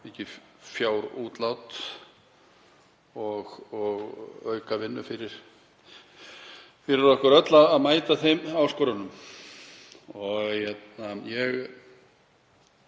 mikil fjárútlát og aukavinnu fyrir okkur öll að mæta þeim áskorunum. Mig